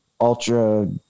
ultra